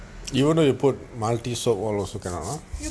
eh why don't you put multi soap all also cannot ah